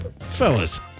Fellas